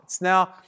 Now